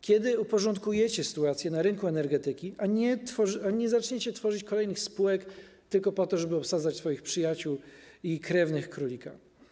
Kiedy uporządkujecie sytuację na rynku energetyki i nie będziecie tworzyć kolejnych spółek tylko po to, żeby obsadzać swoich przyjaciół i krewnych królika?